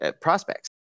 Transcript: prospects